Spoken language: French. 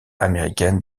américaine